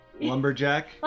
Lumberjack